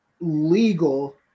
legal